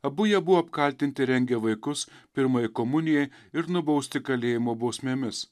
abu jie buvo apkaltinti rengę vaikus pirmajai komunijai ir nubausti kalėjimo bausmėmis